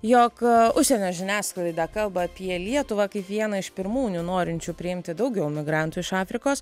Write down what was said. jog užsienio žiniasklaida kalba apie lietuvą kaip vieną iš pirmūnių norinčių priimti daugiau migrantų iš afrikos